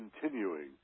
continuing